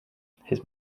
his